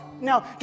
Now